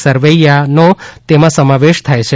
સરવૈયાનો તેમાં સમાવેશ થાય છે